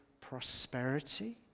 prosperity